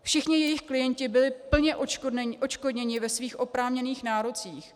Všichni jejich klienti byli plně odškodněni ve svých oprávněných nárocích.